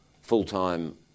full-time